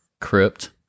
Crypt